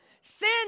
Sin